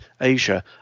Asia